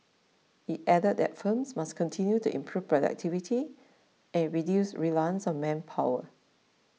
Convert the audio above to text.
it added that firms must continue to improve productivity and reduce reliance on manpower